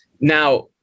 Now